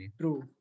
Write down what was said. True